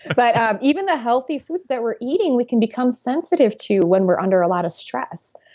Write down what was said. but even the healthy foods that we're eating, we can become sensitive to when we're under a lot of stress.